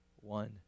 one